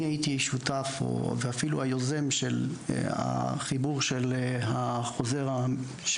אני הייתי שותף או אפילו היוזם של החיבור של החוזר של